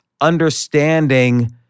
understanding